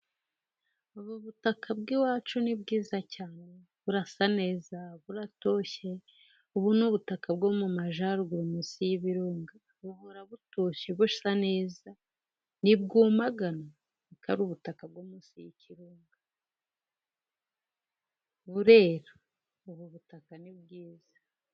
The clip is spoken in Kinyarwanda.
Ubu butaka bw'iwacu ni bwiza cyane, burasa neza buratoshye, ubu ni ubutaka bwo mu majyaruguru munsi y'ibirunga, buhora butoshye busa neza ntibwumagana, ni ubutaka bwo munsi y'ikirunga burera, ubu butaka ni bwiza.